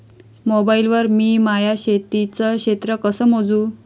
Mobile वर मी माया शेतीचं क्षेत्र कस मोजू?